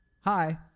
Hi